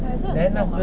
还是很重 [what]